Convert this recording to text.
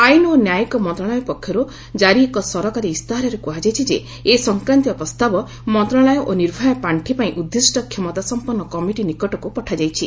ଆଇନ ଓ ନ୍ୟାୟିକ ମନ୍ତ୍ରଣାଳୟ ପକ୍ଷର୍ କାରି ଏକ ସରକାରୀ ଇସ୍ତାହାରରେ କୁହାଯାଇଛି ଯେ ଏ ସଂକ୍ରାନ୍ତୀୟ ପ୍ରସ୍ତାବ ମନ୍ତ୍ରଶାଳୟ ଓ ନିର୍ଭୟା ପାଣ୍ଠି ପାଇଁ ଉଦ୍ଦିଷ୍ଟ କ୍ଷମତା ସମ୍ପନ୍ନ କମିଟି ନିକଟକୁ ପଠାଯାଇଛି